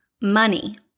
money